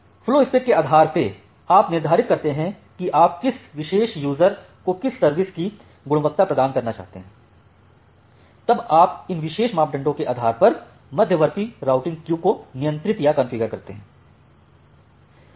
फलोस्पेक के आधार पे आप निर्धारित करते हैं कि आप किसी विशेष यूज़र को किस सर्विस की गुणवत्ता प्रदान करना चाहते हैं तब आप इन विशेष मापदंडों के आधार पर मध्यवर्ती राउटिंग क्यू को नियंत्रित या कॉन्फ़िगर करते हैं